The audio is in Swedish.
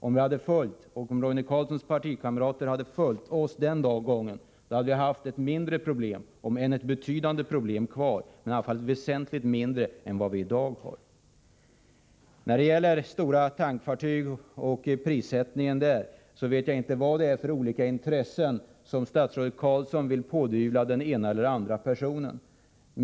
Om Roine Carlssons partikamrater hade följt oss den gången hade vi haft ett väsentligt mindre, om än betydande, problem kvar än vad vi har i dag. När det gäller prisbedömningen av stora tankfartyg vet jag inte vilka intressen som statsrådet Carlsson vill pådyvla den ena eller andra personen.